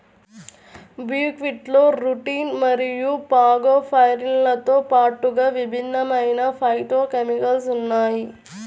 బుక్వీట్లో రుటిన్ మరియు ఫాగోపైరిన్లతో పాటుగా విభిన్నమైన ఫైటోకెమికల్స్ ఉన్నాయి